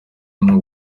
n’u